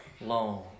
long